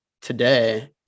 today